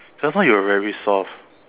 just now you were very soft